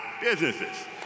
businesses